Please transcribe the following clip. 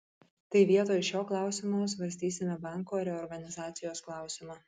tai vietoj šio klausimo svarstysime banko reorganizacijos klausimą